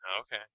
Okay